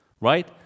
right